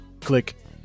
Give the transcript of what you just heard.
click